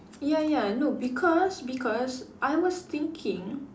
ya ya no because because I was thinking